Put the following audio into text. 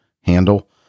handle